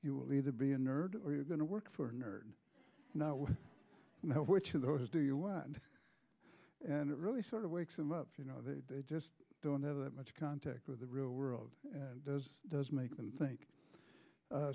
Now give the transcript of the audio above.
you will either be a nerd or you're going to work for nerd not with which of those do you want to and it really sort of wakes them up you know they just don't have that much contact with the real world and does does make them think